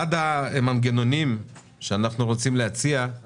אחד המנגנונים שאנחנו רוצים להציע זה